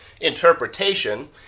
interpretation